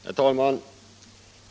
Herr talman!